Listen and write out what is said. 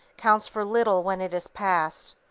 counts for little when it is past.